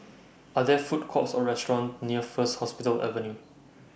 Are There Food Courts Or restaurants near First Hospital Avenue